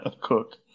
Cook